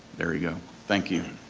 there we go, thank you.